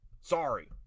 Sorry